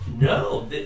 No